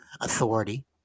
authority